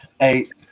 Eight